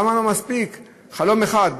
למה לא מספיק חלום אחד?